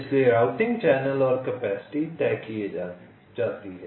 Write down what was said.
इसलिए routing channel और capacity तय की जाती है